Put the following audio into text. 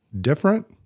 different